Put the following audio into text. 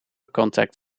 contact